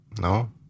No